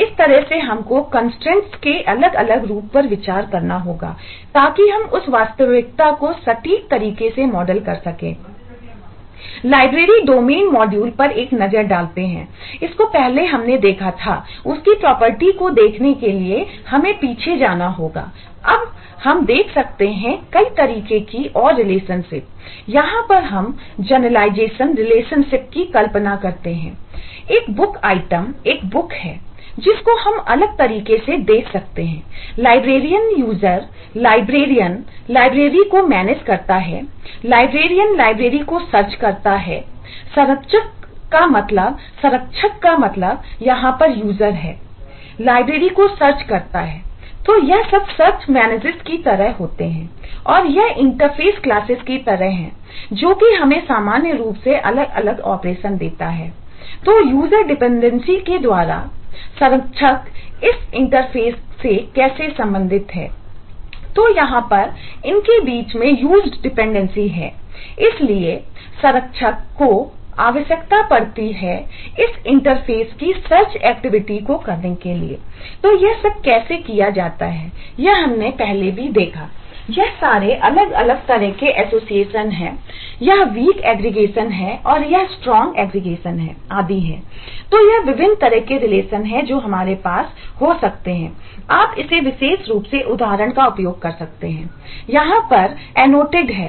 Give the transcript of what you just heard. तो इस तरह से हमको कंस्ट्रेंट्स की कल्पना करते हैं एक बुक आइटमसे कैसे संबंधित है तो यहां पर इनके बीच में यूज डिपेंडेंसी है जो हमारे पास हो सकते हैं आप इसे विशेष रूप से उस उदाहरण पर उपयोग कर सकते हैं यहां पर यह एनॉटेड